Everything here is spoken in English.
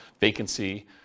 vacancy